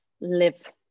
live